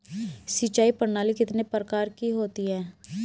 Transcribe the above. सिंचाई प्रणाली कितने प्रकार की होती हैं?